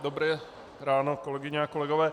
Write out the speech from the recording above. Dobré ráno kolegyně a kolegové.